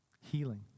Healing